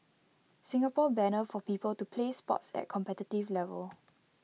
Singapore banner for people to play sports at competitive level